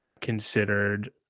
considered